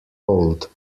rolled